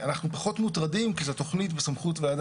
או תכנית מפורטת החלה על מגרש המיועד